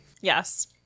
Yes